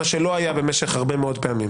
מה שלא היה במשך הרבה מאוד פעמים.